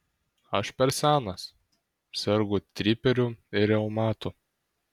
aš per senas sergu triperiu ir reumatu